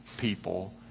people